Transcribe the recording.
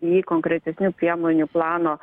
į konkretesnių priemonių plano